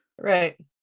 Right